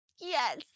Yes